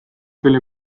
tuli